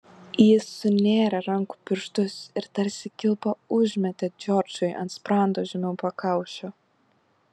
jis sunėrė rankų pirštus ir tarsi kilpą užmetė džordžui ant sprando žemiau pakaušio